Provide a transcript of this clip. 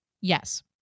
Yes